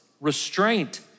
restraint